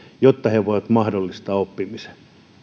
jotta he voivat mahdollistaa oppimisen